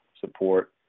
support